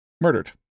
murdered